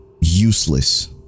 useless